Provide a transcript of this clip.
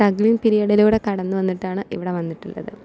struggling പിരീഡിലൂടെ കടന്ന് വന്നിട്ടാണ് ഇവിടെവന്നിട്ടുള്ളത്